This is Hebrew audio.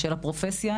של הפרופסיה,